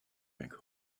back